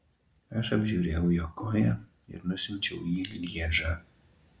aš apžiūrėjau jo koją ir nusiunčiau į lježą